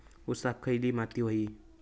ऊसाक खयली माती व्हयी?